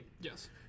Yes